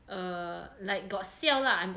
err like got 笑 lah